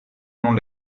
non